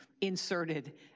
inserted